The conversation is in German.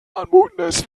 anmutendes